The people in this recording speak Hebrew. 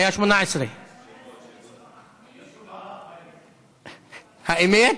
היו 18. האמת?